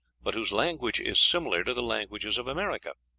but whose language is similar to the languages of america?